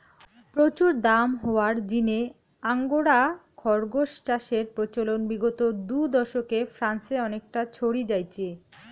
প্রচুর দাম হওয়ার জিনে আঙ্গোরা খরগোস চাষের প্রচলন বিগত দু দশকে ফ্রান্সে অনেকটা ছড়ি যাইচে